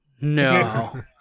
no